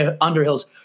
Underhill's